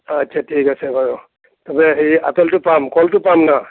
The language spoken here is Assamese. আচ্চা ঠিক আছে বাৰু তাৰমানে হেৰি আপেলটো পাম কলটো পাম ন